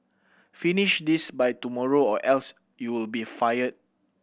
finish this by tomorrow or else you'll be fired